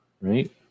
right